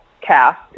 cast